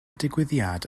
digwyddiad